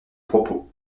propos